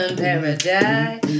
paradise